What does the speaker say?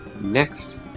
Next